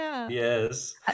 yes